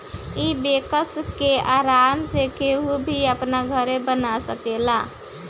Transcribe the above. इ वैक्स के आराम से केहू भी अपना घरे बना सकेला